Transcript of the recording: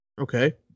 okay